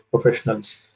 professionals